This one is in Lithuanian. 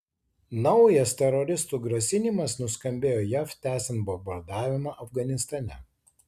naujas teroristų grasinimas nuskambėjo jav tęsiant bombardavimą afganistane